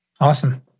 Awesome